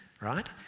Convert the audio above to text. right